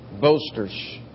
Boasters